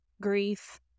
grief